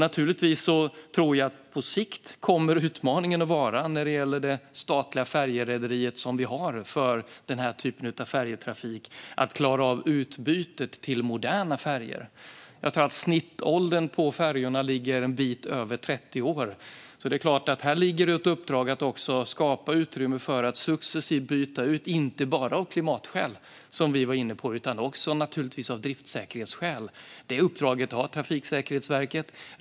Jag tror att utmaningen på sikt när det gäller det statliga färjerederi vi har för den här typen av färjetrafik kommer att vara att klara av utbytet till moderna färjor. Jag tror att snittåldern på färjorna ligger en bit över 30 år, så här ligger ett uppdrag att skapa utrymme för att successivt byta ut dem - inte bara av klimatskäl, som vi var inne på, utan också av driftssäkerhetsskäl. Detta uppdrag har Trafikverket.